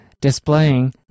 displaying